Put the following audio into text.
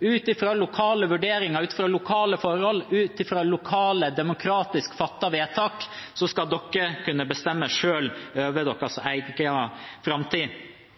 ut fra lokale vurderinger, ut fra lokale forhold – ut fra lokale, demokratisk fattede vedtak skal dere kunne bestemme selv over deres egen framtid.